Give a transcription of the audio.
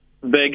Big